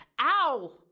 ow